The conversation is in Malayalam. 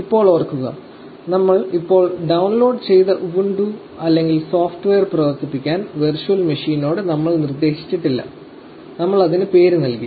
ഇപ്പോൾ ഓർക്കുക നമ്മൾ ഇപ്പോൾ ഡൌൺലോഡ് ചെയ്ത ഉബുണ്ടു അല്ലെങ്കിൽ സോഫ്റ്റ്വെയർ പ്രവർത്തിപ്പിക്കാൻ വെർച്വൽ മെഷീനിനോട് നമ്മൾ നിർദ്ദേശിച്ചിട്ടില്ല നമ്മൾ അതിന് പേര് നൽകി